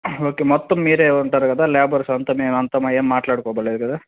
okay మొత్తం మీరే ఉంటారు కదా లేబర్స్ అంతా మేము అంతా ఏమి మాట్లాడుకో పనిలేదు కదా